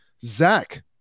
Zach